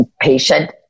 patient